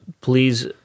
please